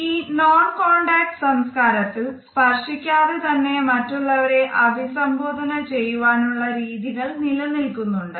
ഈ non contact സംസ്കാരത്തിൽ സ്പർശിക്കാതെ തന്നെ മറ്റുള്ളവരെ അഭിസംബോധന ചെയ്യുവാനുള്ള രീതികൾ നിലനിൽക്കുന്നുണ്ട്